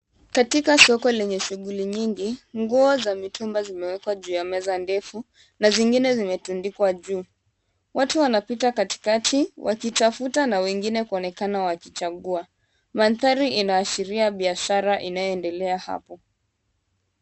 Katika soko lenye shughuli nyingi, nguo za mitumba zimewekwa juu ya meza ndefu, na zingine zimetundikwa juu watu wanapita katikati wakitafuta na wengine mandhari inaashiria biashara inayoendelea hapa.